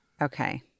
Okay